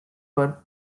for